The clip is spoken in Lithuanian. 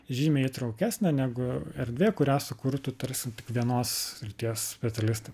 žymiai įtraukesnė negu erdvė kurią sukurtų tarsi tik vienos srities specialistai